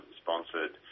sponsored